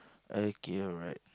okay alright